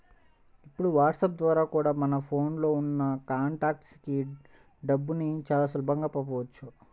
ఇప్పుడు వాట్సాప్ ద్వారా కూడా మన ఫోన్ లో ఉన్న కాంటాక్ట్స్ కి డబ్బుని చాలా సులభంగా పంపించవచ్చు